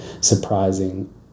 surprising